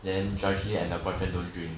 then joycelyn and the boyfriend don't drink